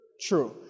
True